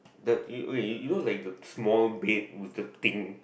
the okay you you know like the small bed with the thing